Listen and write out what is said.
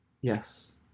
Yes